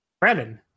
Brennan